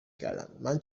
کردندمن